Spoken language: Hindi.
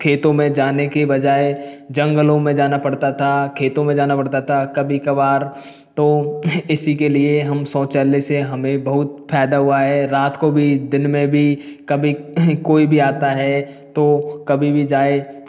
खेतों में जाने के बजाए जंगलों में जाना पड़ता था खेतों में जाना पड़ता था कभी कभार तो इसी के लिए हम शौचालय से हमें बहुत फायदा हुआ है रात को भी दिन में भी कभी कोई भी आता है तो कभी भी जाए